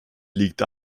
liegt